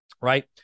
Right